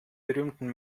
berühmten